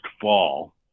fall